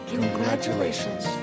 Congratulations